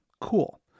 cool